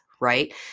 right